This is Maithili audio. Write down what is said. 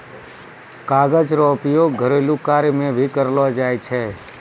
कागज रो उपयोग घरेलू कार्य मे भी करलो जाय छै